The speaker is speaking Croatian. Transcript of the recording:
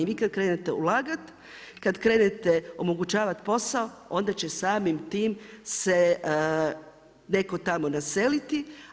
I vi kad krenete ulagati, kad krenete omogućavat posao, onda će samim tim se netko tamo naseliti.